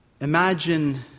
Imagine